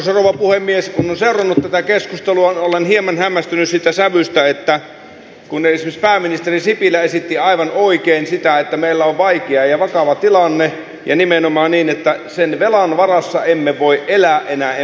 kun olen seurannut tätä keskustelua olen hieman hämmästynyt sen sävystä kun esimerkiksi pääministeri sipilä esitti aivan oikein että meillä on vaikea ja vakava tilanne ja nimenomaan niin että sen velan varassa emme voi enää elää emme kerta kaikkiaan